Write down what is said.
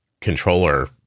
controller